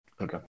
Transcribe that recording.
Okay